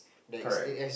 correct